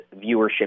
viewership